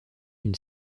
une